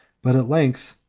but at length,